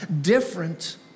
different